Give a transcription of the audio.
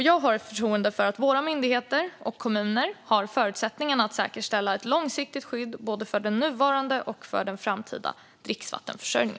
Jag har förtroende för att våra myndigheter och kommuner har förutsättningarna att säkerställa ett långsiktigt skydd för både nuvarande och framtida dricksvattenförsörjning.